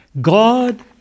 God